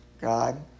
God